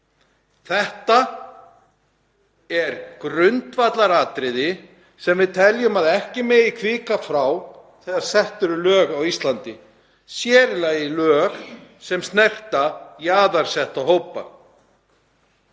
Þetta er grundvallaratriði sem við teljum að ekki megi hvika frá þegar sett eru lög á Íslandi, sér í lagi í lög sem snerta jaðarsetta hópa.